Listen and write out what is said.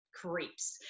creeps